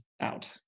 out